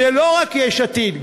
זה לא רק יש עתיד,